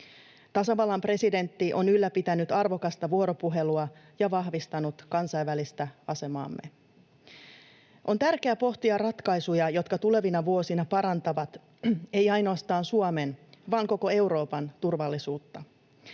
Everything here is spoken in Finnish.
Tasavallan presidentti on ylläpitänyt arvokasta vuoropuhelua ja vahvistanut kansainvälistä asemaamme. On tärkeää pohtia ratkaisuja, jotka tulevina vuosina parantavat ei ainoastaan Suomen vaan koko Euroopan turvallisuutta.